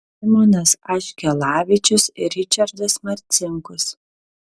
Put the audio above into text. simonas aškelavičius ir ričardas marcinkus